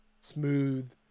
smooth